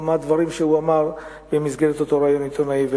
או מהדברים שהוא אמר במסגרת אותו ריאיון עיתונאי.